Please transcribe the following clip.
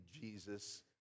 Jesus